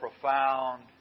profound